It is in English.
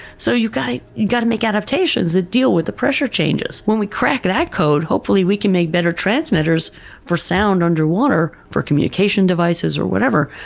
so, you've got got to make adaptations that deal with the pressure changes. when we crack that code, hopefully we can make better transmitters for sound underwater for communication devices or whatever.